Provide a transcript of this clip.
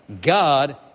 God